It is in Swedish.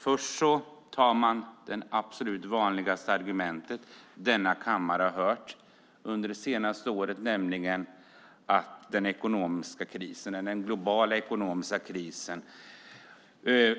Först tar man det absolut vanligaste argument som denna kammare har hört under det senaste året. Man talar nämligen om den globala ekonomiska krisen,